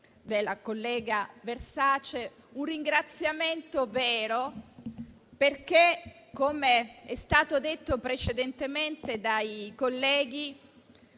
presidente Versace. È un ringraziamento vero perché - com'è stato detto precedentemente dai colleghi